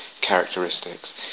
characteristics